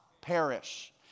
perish